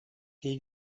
киһи